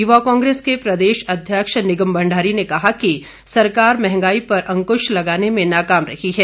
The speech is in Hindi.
युवा कांग्रेस के प्रदेश अध्यक्ष निगम भंडारी ने कहा कि सरकार मंहगाई पर अंकुश लगाने में नाकाम रही है